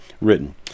written